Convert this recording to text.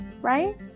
Right